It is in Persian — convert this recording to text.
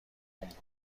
بود